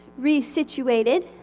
resituated